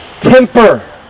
temper